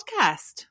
podcast